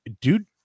dude